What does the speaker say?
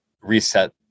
reset